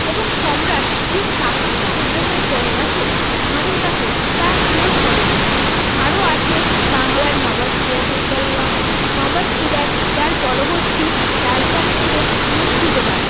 এবং সম্রাট যে স্থাপত্য নিদর্শন করে গেছে আমাদের কাছে তা চিরস্মরণীয় আরও আছে বাংলার নবাব সিরাজউদ্দৌলা নবাব সিরাজ যার পরবর্তী রাজধানী ছিল মুর্শিদাবাদ